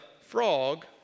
frog